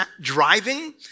driving